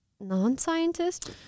non-scientist